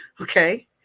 Okay